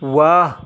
واہ